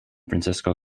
francisco